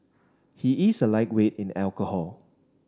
he is a lightweight in alcohol